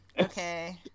okay